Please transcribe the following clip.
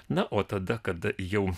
na o tada kada jau